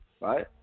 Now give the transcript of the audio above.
right